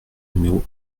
numéro